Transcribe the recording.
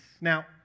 Now